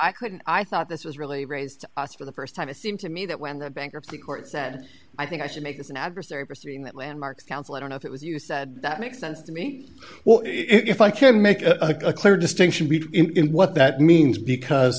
i couldn't i thought this was really raised us for the st time it seemed to me that when the bankruptcy court said i think i should make this an adversary proceeding that landmark's counsel i don't know if it was you said that makes sense to me well if i can make a clear distinction in what that means because